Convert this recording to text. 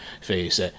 face